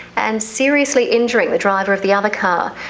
and seriously injuring the driver of the other car.